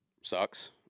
sucks